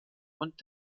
und